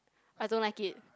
I don't like it